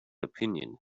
opinion